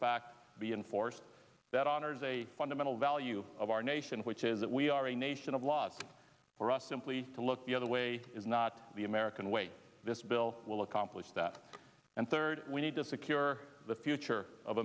back be inforced that honors a fundamental value of our nation which is that we are a nation of laws for us simply to look the other way is not the american way this bill will accomplish that and third we need to secure the future of